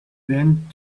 went